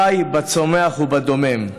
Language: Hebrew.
בחי, בצומח ובדומם.